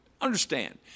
Understand